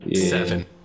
seven